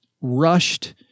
rushed